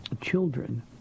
children